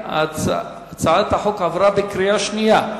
הצעת החוק עברה בקריאה שנייה.